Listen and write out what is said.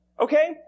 Okay